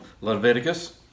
Leviticus